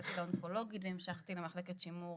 הגעתי לאונקולוגי והגעתי למחלקת שימור